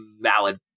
valid